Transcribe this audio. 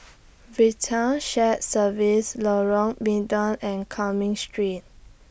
Vital Shared Services Lorong Mydin and Cumming Street